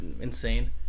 insane